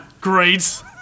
Great